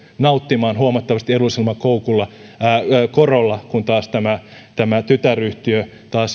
nauttimaan huomattavasti edullisemmalla korolla kun taas tämä tämä tytäryhtiö